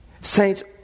Saints